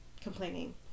complaining